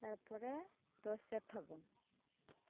ᱛᱟᱨᱯᱚᱨᱮ ᱫᱚᱥᱚᱭ ᱯᱷᱟᱜᱩᱱ